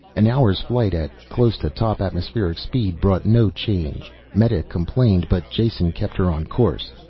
an hour's flight at close to top atmospheric speed brought no change. meta complained, but jason kept her on course.